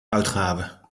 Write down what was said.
uitgave